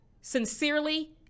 sincerely